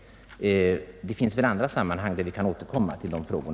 Det finns andra sammanhang, där statsrådet kan svara och då vi kan återkomma till dessa frågor.